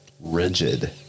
rigid